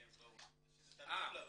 בבקשה.